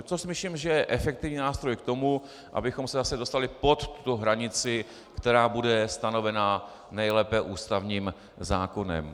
To si myslím, že je efektivní nástroj k tomu, abychom se zase dostali pod tu hranici, která bude stanovena nejlépe ústavním zákonem.